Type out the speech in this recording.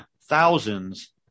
thousands